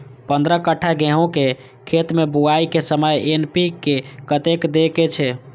पंद्रह कट्ठा गेहूं के खेत मे बुआई के समय एन.पी.के कतेक दे के छे?